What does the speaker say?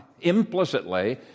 implicitly